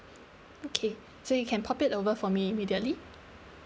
okay so you can pop it over for me immediately